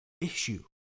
issue